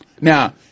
Now